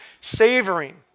savoring